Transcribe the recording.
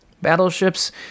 Battleships